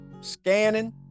scanning